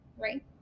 right